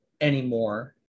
anymore